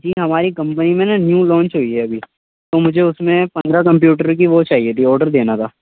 جی ہماری کمپنی میں نا نیو لانچ ہوئی ہے ابھی تو مجھے ابھی اس میں پندرہ کمپیوٹر کی وہ چاہیے تھی آرڈر دینا تھا